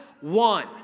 one